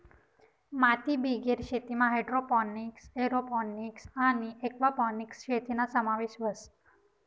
मातीबिगेर शेतीमा hydroponics, aeroponics आणि एक्वापोनिक्स शेतीना समावेश व्हस